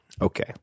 Okay